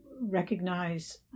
recognize